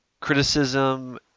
criticism